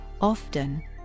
Often